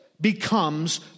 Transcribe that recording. becomes